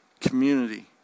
community